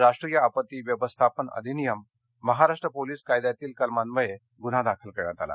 राष्ट्रीय आपत्ती व्यवस्थापन अधिनियम महाराष्ट्र पोलीस कायद्यातील कलमंन्वये गुन्हा दाखल करण्यात आला